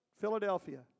Philadelphia